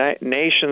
nations